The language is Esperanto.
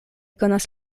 konas